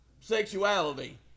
sexuality